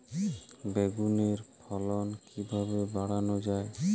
বেগুনের ফলন কিভাবে বাড়ানো যায়?